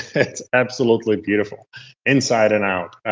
it's absolutely beautiful inside and out.